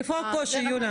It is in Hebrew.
איפה הקושי, יוליה?